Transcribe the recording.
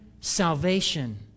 salvation